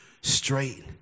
straight